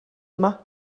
yma